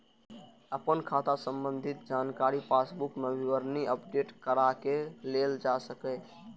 अपन खाता संबंधी जानकारी पासबुक मे विवरणी अपडेट कराके लेल जा सकैए